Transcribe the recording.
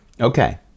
Okay